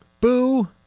Boo